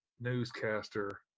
newscaster